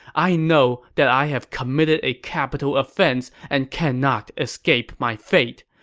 i know that i have committed a capital offense and cannot escape my fate.